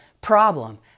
problem